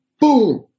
boom